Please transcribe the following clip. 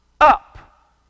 up